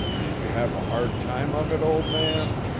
did you have a hard time of it, old man?